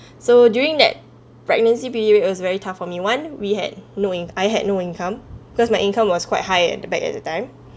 so during that pregnancy period was very tough for me one we had no in I had no income because my income was quite high at the back at that time